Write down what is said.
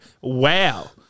Wow